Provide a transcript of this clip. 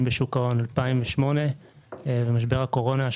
מאוד בשוק ההון: ב-2008 ובמשבר הקורונה.